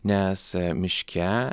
nes miške